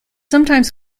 sometimes